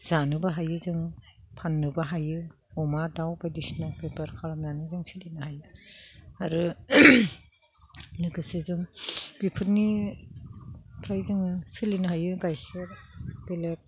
जानोबो हायो जों फाननोबो हायो अमा दाउ बायदिसिना बेपार खालामनानै जों सोलिनो हायो आरो लोगोसे जों बेफोरनिफ्राय जोङो सोलिनो हायो गाइखेर बेलेक